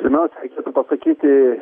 pirmiausia reikėtų pasakyti